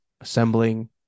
assembling